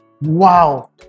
Wow